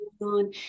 on